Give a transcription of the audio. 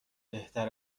بهتر